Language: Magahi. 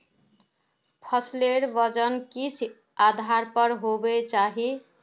फसलेर वजन किस आधार पर होबे चही?